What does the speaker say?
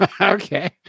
Okay